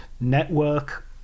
Network